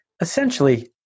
essentially